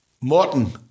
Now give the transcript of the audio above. Morton